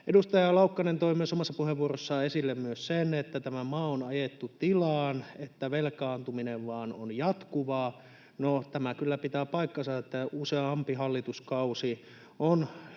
Edustaja Laukkanen toi omassa puheenvuorossaan esille myös sen, että tämä maa on ajettu tilaan, jossa velkaantuminen vain on jatkuvaa. No, tämä kyllä pitää paikkansa, että useampi hallituskausi on jouduttu